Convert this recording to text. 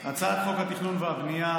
הצעת חוק התכנון והבנייה,